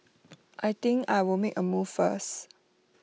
I think I'll make A move first